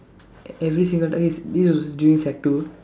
every single time this was during sec two